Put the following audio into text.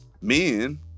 men